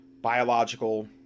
biological